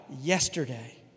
yesterday